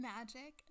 Magic